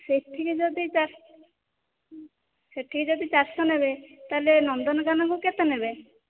ସେଠିକି ଯଦି ଚାରି ସେଠିକି ଯଦି ଚାରିଶହ ନେବେ ତା'ହେଲେ ନନ୍ଦନକାନନକୁ କେତେ ନେବେ